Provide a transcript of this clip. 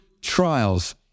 trials